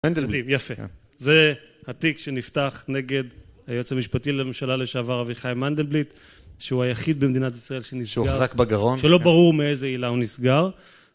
יפה, זה התיק שנפתח נגד היועץ המשפטי לממשלה לשעבר אביחי מנדלבליט שהוא היחיד במדינת ישראל שהוחזק בגרון, שלא ברור מאיזה עילה הוא נסגר